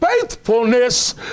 faithfulness